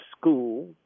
school